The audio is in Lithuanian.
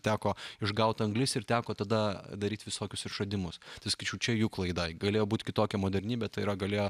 teko išgaut anglis ir teko tada daryt visokius išradimus tai sakyčiau čia jų klaida galėjo būti kitokia modernybė tai yra galėjo